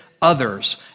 others